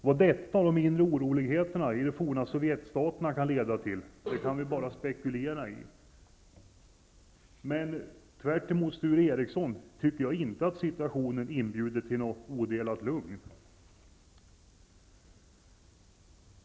Vad detta och de inre oroligheterna i de forna sovjetstaterna kan leda till, kan vi bara spekulera i, men till skillnad från Sture Ericson tycker jag inte att situationen inbjuder till något odelat lugn.